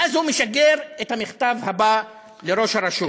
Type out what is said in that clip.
ואז הוא משגר את המכתב הבא לראש הרשות.